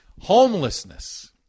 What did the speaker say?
Homelessness